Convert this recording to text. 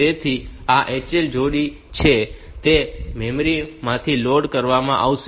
તેથી આ HL જોડી છે તે મેમરી માંથી લોડ કરવામાં આવશે